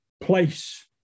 place